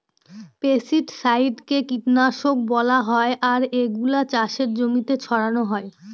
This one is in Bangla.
পেস্টিসাইডকে কীটনাশক বলা হয় আর এগুলা চাষের জমিতে ছড়ানো হয়